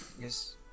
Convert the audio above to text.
yes